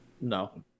No